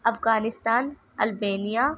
Afghanistan Albania